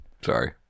Sorry